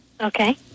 Okay